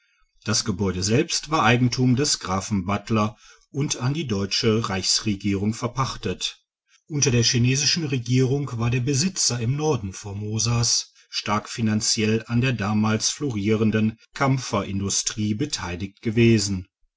das gebäude selbst war eigentum des grafen buttler und an die deutsche reichsregierung verpachtet unter der chinesische regierung war der besitzer im norden formosas stark finanziell an der damals florierenden kampferindustrie beteiligt gewesen